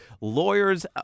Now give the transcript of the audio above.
lawyers